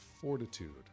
Fortitude